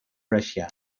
russia